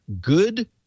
Good